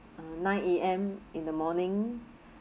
uh nine A_M in the morning